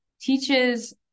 teaches